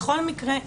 בכל מקרה,